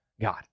God